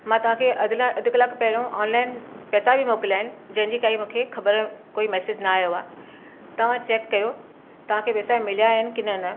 मां तव्हां खे अधु अला अधु कलाकु पहिरों ऑनलाइन पैसा बि मोकिलिया आहिनि जंहिंजी काई मूंखे ख़बर कोई मैसेज ना आयो आहे तव्हां चैक कयो तव्हां खे पैसा मिलिया आहिनि की न अञां